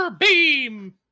beam